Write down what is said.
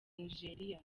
nigeria